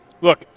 Look